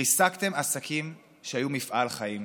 ריסקתם עסקים שהיו מפעל חיים.